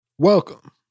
Welcome